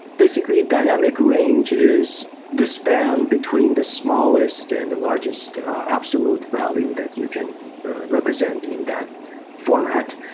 basically, dynamic range is the span between the smallest and the largest absolute value that you can represent in that format,